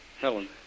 Helen